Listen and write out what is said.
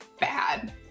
bad